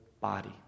body